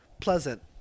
Pleasant